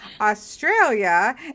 Australia